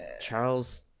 Charles